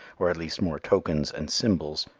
or at least more tokens and symbols,